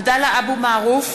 (קוראת בשמות חברי הכנסת) עבדאללה אבו מערוף,